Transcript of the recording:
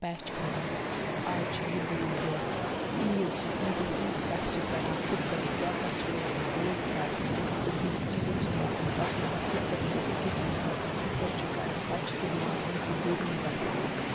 پہچھان نہٕ آز چھُ یہِ بوٚڑ دۄہ عیٖد چھےٚ عیٖدِ پٮ۪ٹھ چھِ کڑان فِطٕر رٮ۪تَس چھِ روزان روزدر یِتھُے عیٖد چھِ واتان پَتہٕ یوٗتاہ فِطر نیرِ أکِس نَفرَس سُہ فِطٕر چھِ کڑان پَتہٕ چھِ سُہ دِوان کٲنسہِ غریٖبَس